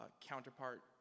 counterpart